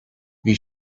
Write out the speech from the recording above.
bhí